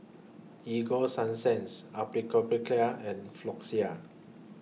Ego Sunsense Atopiclair and Floxia